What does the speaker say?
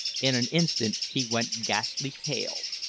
in an instant he went ghastly pale,